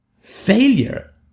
failure